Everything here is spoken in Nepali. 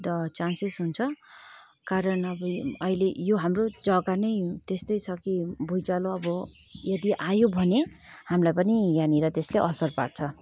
चान्सेस हुन्छ कारण अब यो अहिले हाम्रो जग्गा नै त्यस्तै छ कि भुइँचालो अब यदि आयो भने हामीलाई पनि यहाँनिर त्यसले असर पार्छ